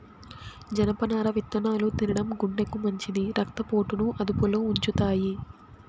జనపనార విత్తనాలు తినడం గుండెకు మంచిది, రక్త పోటును అదుపులో ఉంచుతాయి